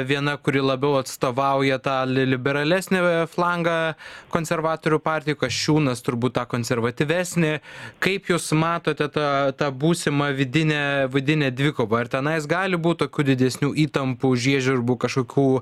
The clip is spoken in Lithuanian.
viena kuri labiau atstovauja tą li liberalesnį flangą konservatorių partijoj kasčiūnas turbūt tą konservatyvesnį kaip jūs matote tą tą būsimą vidinę vidinę dvikovą ar tenais gali būt tokių didesnių įtampų žiežirbų kažkokių